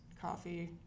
coffee